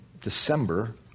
December